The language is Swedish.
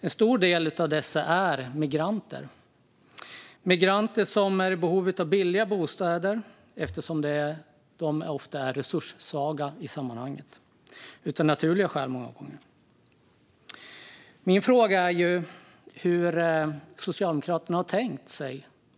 En stor del av dessa personer är migranter som är i behov av billiga bostäder, eftersom de ofta är resurssvaga i sammanhanget, många gånger av naturliga skäl. Min fråga är hur Socialdemokraterna har tänkt sig detta.